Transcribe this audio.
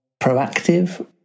proactive